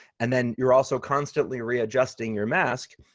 and then you're also constantly re-adjusting your mask,